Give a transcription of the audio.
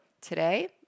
today